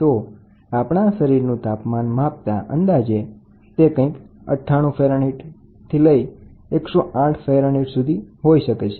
તો આપણા શરીરનું તાપમાન માપતા અંદાજે તે કંઈક 98 ફેરનહીટ થી 108 ફેરનહીટ થઈ શકે છે